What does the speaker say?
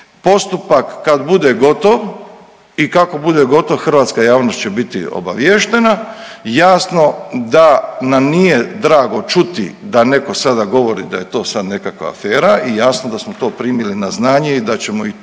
Postupak kad bude gotov i kako bude gotov hrvatska javnost će biti obaviještena. Jasno da nam nije drago čuti da netko sada govori da je to sad nekakva afera i jasno da smo to primili na znanje i da ćemo i to